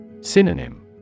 Synonym